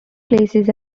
places